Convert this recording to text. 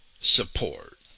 support